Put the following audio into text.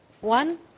One